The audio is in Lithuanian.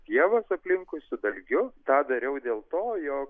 pievas aplinkui su dalgiu tą dariau dėl to jog